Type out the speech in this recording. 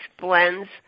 blends